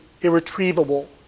irretrievable